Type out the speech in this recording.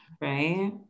Right